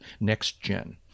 NextGen